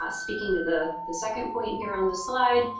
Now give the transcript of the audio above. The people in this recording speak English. ah speaking to the the second point in here on the slide,